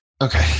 Okay